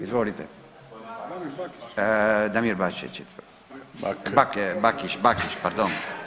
Izvolite, Damir Bačić, Bakić, Bakić, pardon.